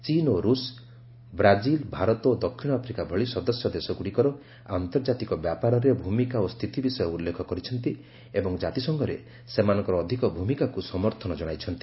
ଚୀନ ଓ ରୁଷ ବ୍ରାଜିଲ ଭାରତ ଓ ଦକ୍ଷିଣ ଆଫ୍ରିକା ଭଳି ସଦସ୍ୟ ଦେଶଗୁଡ଼ିକର ଆନ୍ତର୍ଜାତିକ ବ୍ୟାପାରରେ ଭୂମିକା ଓ ସ୍ଥିତି ବିଷୟ ଉଲ୍ଲେଖ କରିଛନ୍ତି ଏବଂ କାତିସଂଘରେ ସେମାନଙ୍କର ଅଧିକ ଭୂମିକାକୁ ସମର୍ଥନ ଜଣାଇଛନ୍ତି